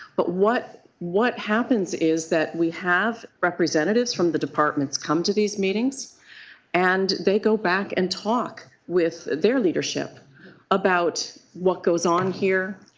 but what what happens is that we have representatives from the departments come to these meetings and they go back and talk with their leadership about what goes on here.